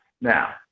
Now